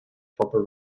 proper